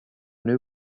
new